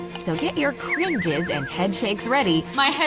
so get your cringes and headshakes ready my